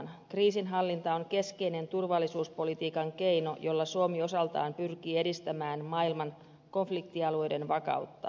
kriisinhallinta on keskeinen turvallisuuspolitiikan keino jolla suomi osaltaan pyrkii edistämään maailman konfliktialueiden vakautta